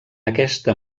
aquesta